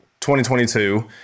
2022